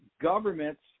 government's